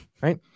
right